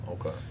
Okay